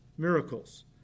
Miracles